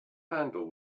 handle